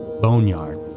boneyard